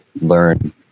learn